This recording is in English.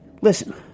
listen